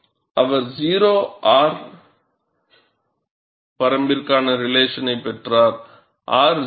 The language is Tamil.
அவர் 0 R வரம்பிற்கான ரிலேஷனை பெற்றார் R 0 முதல் 0